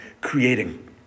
creating